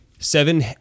Seven